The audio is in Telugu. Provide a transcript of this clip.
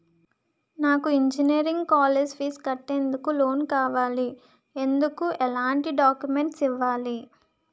నాకు ఇంజనీరింగ్ కాలేజ్ ఫీజు కట్టేందుకు లోన్ కావాలి, ఎందుకు ఎలాంటి డాక్యుమెంట్స్ ఇవ్వాలి?